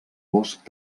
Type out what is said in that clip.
bosc